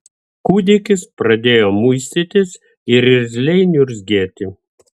kūdikis pradėjo muistytis ir irzliai niurzgėti